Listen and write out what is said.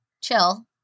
chill